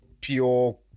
pure